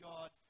God